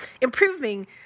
improving